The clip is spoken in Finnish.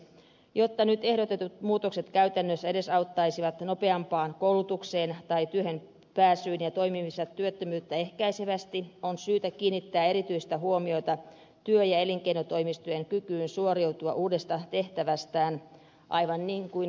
jotta nyt ehdotetut muutokset käytännössä edesauttaisivat nopeampaan koulutukseen tai työhön pääsyyn ja toimimiseen työttömyyttä ehkäisevästi on syytä kiinnittää erityistä huomiota työ ja elinkeinotoimistojen kykyyn suoriutua uudesta tehtävästään aivan niin kuin ed